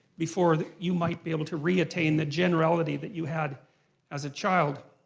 before you might be able to re-attain the generality that you had as a child.